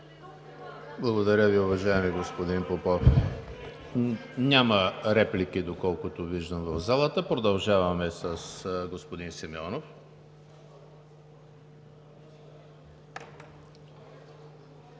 Благодаря Ви, уважаеми господин Попов. Няма реплики, доколкото виждам, в залата. Продължаваме с господин Симеонов.